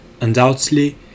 Undoubtedly